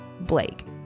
Blake